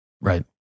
Right